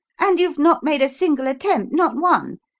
and you've not made a single attempt not one.